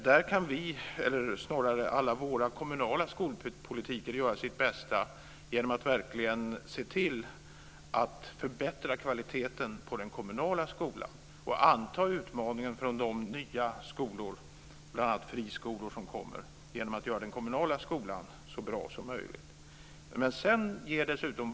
Där kan alla våra kommunala skolpolitiker göra sitt bästa genom att verkligen se till att förbättra kvaliteten på den kommunala skolan och anta utmaningen från bl.a. friskolor genom att göra den kommunala skolan så bra som möjligt.